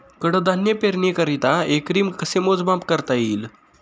कडधान्य पेरणीकरिता एकरी कसे मोजमाप करता येईल?